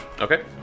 okay